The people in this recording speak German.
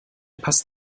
passt